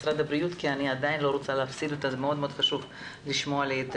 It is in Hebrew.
משרד הבריאות כי מאוד חשוב לשמוע את פרופ'